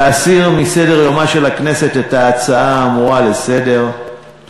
להסיר מסדר-יומה של הכנסת את ההצעה האמורה לסדר-היום.